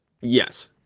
Yes